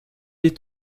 est